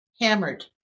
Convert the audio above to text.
hammered